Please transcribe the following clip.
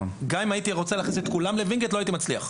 גם אם הייתי רוצה להכניס את כולם לא הייתי מצליח.